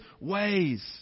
ways